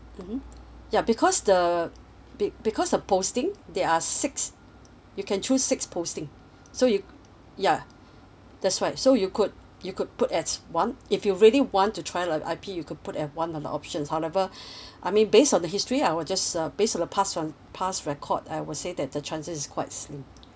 mmhmm ya because the be~ because of posting there are six you can choose six posting so you ya that's right so you could you could put as one if you really want to try our I_P you could put at one of the options however I mean based on the history I will just uh based on the past on past record I will say that the chances is quite slim